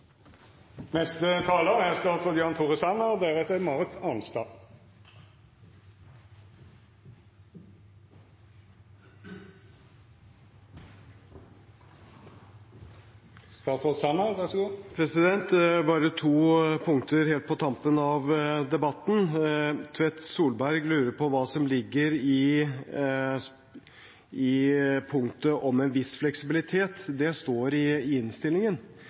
Bare to punkter helt på tampen av debatten: Tvedt Solberg lurer på hva som ligger i punktet om «en viss fleksibilitet». Det står i innstillingen. I innstillingen